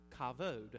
kavod